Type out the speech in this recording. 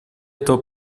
этого